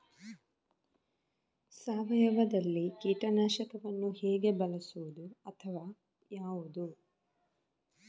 ಸಾವಯವದಲ್ಲಿ ಕೀಟನಾಶಕವನ್ನು ಹೇಗೆ ಬಳಸುವುದು ಅಥವಾ ಯಾವುದು?